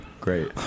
Great